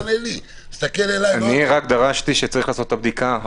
אני רק המלצתי לעשות את הבדיקה.